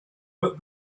but